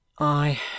I